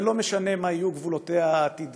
ולא משנה מה יהיו גבולותיה העתידיים,